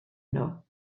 nhw